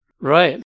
Right